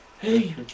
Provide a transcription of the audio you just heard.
hey